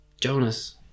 Jonas